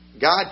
God